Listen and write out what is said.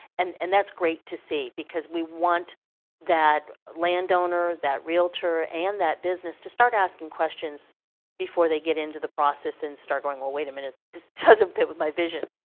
and and that's great to see because we want that landowner, that realtor and that business to start asking questions before they get into the process and start going, well, wait a minute, this doesn't fit with my vision.